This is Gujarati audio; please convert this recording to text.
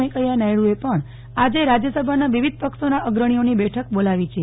વેંકૈયા નાયડુએ પણ આજે રાજય સભઆના વિવિધ પક્ષોના અગ્રણીઓની બેઠક બોલાવી છે